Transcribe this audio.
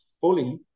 fully